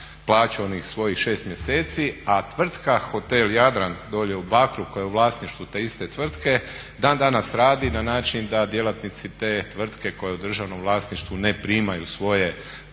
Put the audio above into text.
plaću onih svojih 6 mjeseci, a tvrtka hotel "Jadran" dolje u Bakru koja je u vlasništvu te iste tvrtke dan danas radi na način da djelatnici te tvrtke koja je u državnom vlasništvu ne primaju svoje plaće.